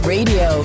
Radio